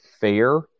fair